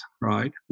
right